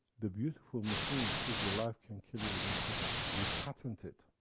the beautiful machine which gives you life, can kill you within seconds. we patented